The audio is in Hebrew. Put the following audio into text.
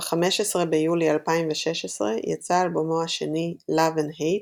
ב-15 ביולי 2016 יצא אלבומו השני "Love & Hate",